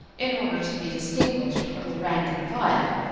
in order to be distinguished from the rank and file,